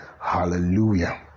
hallelujah